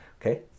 okay